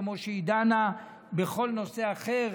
כמו שהיא דנה בכל נושא אחר.